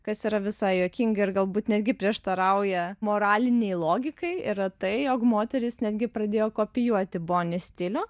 kas yra visai juokinga ir galbūt netgi prieštarauja moralinei logikai yra tai jog moterys netgi pradėjo kopijuoti boni stilių